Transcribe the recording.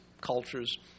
cultures